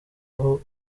aho